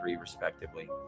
respectively